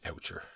oucher